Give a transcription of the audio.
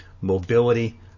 mobility